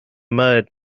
mud